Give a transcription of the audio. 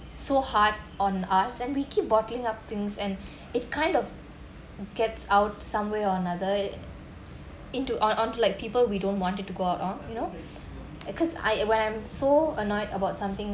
so hard on us and we keep bottling up things and it kind of gets out some way or another into on onto like people we don't wanted to go out or you know cause I when I'm so annoyed about something